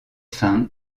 fin